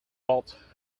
bad